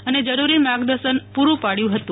ને જરૂરી માર્ગદર્શન પુરૂ પાડયુ હતુ